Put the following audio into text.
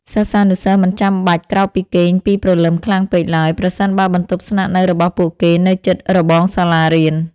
សិស្សានុសិស្សមិនចាំបាច់ក្រោកពីគេងពីព្រលឹមខ្លាំងពេកឡើយប្រសិនបើបន្ទប់ស្នាក់នៅរបស់ពួកគេនៅជិតរបងសាលារៀន។